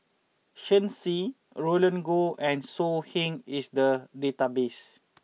Shen Xi Roland Goh and So Heng is the database